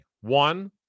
One